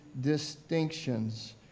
distinctions